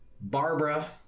Barbara